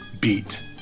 beat